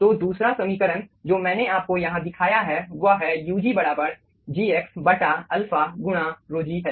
तो दूसरा समीकरण जो मैंने आपको यहाँ दिखाया है वह है ug बराबर Gx बटा अल्फा गुणा ρg है